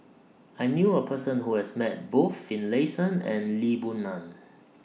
I knew A Person Who has Met Both Finlayson and Lee Boon Ngan